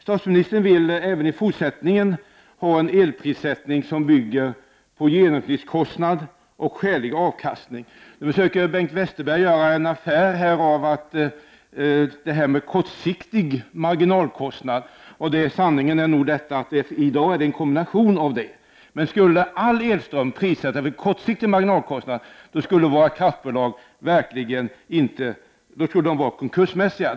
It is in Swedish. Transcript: Statsministern vill även i fortsättningen ha en elprissättning som bygger på genomsnittskostnad och skälig avkastning. Nu försöker Bengt Westerberg göra en affär av den kortsiktiga marginalkostnaden. Sanningen är nog att det i dag är fråga om en kombination. Men om all elström prissätts utifrån kortsiktig marginalkostnad, skulle våra kraftbolag vara konkursmässiga.